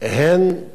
כמעט תמיד,